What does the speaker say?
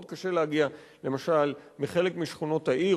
מאוד קשה להגיע למשל מחלק משכונות העיר